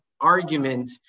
argument